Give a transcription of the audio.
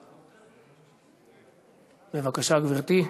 בבקשה, גברתי.